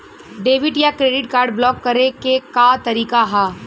Debit या credit card block करे के का तरीका ह?